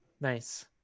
Nice